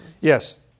Yes